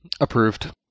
Approved